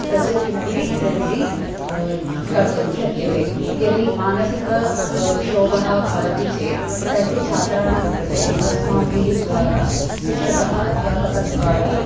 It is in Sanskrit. तस्य किमपि रेमिडी कर्तुं शक्यते यदि मानसिकः क्षोभः भवति चेत् तर्हि छात्राणां कृते अस्माभिः द्वारा शिक्षकः अध्यापकद्वारा